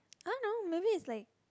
I don't know maybe it's like